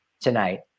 tonight